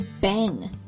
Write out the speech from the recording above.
bang